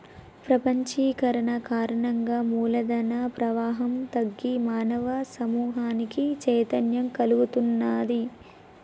ప్రపంచీకరణ కారణంగా మూల ధన ప్రవాహం తగ్గి మానవ సమూహానికి చైతన్యం కల్గుతున్నాది